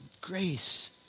grace